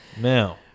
Now